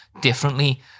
differently